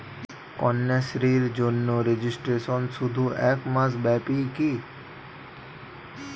কন্যাশ্রীর জন্য রেজিস্ট্রেশন শুধু এক মাস ব্যাপীই কি?